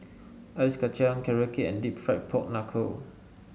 Ice Kacang Carrot Cake and deep fried Pork Knuckle